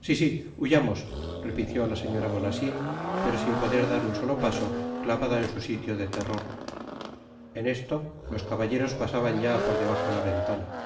si si huyamos repitió la señora bonacieux pero sin poder dar un solo paso clavada en su sitio de terror en esto los caballeros pasaban ya por debajo la ventana